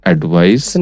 Advice